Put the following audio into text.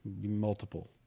Multiple